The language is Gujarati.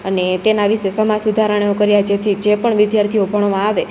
અને તેના વિશે સમાજ સુધારણયો કર્યા જેથી જે પણ વિધ્યાર્થીઓ ભણવા આવે